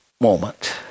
moment